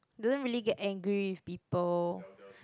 doesn't really get angry with people